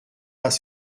pas